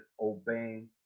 obeying